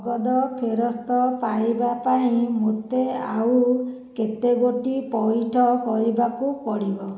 ନଗଦ ଫେରସ୍ତ ପାଇବା ପାଇଁ ମୋତେ ଆଉ କେତେଗୋଟି ପଇଠ କରିବାକୁ ପଡିବ